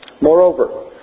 Moreover